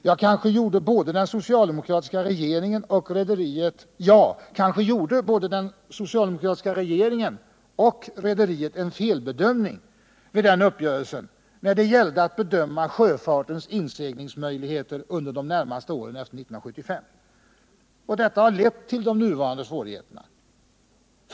Ja, kanske gjorde både den socialdemokratiska regeringen och rederiet en felbedömning vid den uppgörelsen när det gällde att bedöma sjöfartens inseglingsmöjligheter under åren närmast efter 1975. Detta har lett till de nuvarande svårigheterna.